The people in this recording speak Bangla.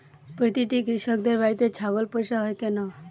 প্রতিটি কৃষকদের বাড়িতে ছাগল পোষা হয় কেন?